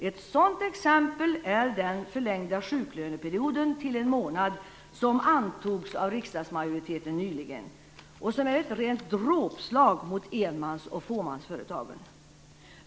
Ett sådant exempel är den förlängning av sjuklöneperioden till en månad som antogs av riksdagsmajoriteten nyligen, och som är ett rent dråpslag mot enmans och fåmansföretagen.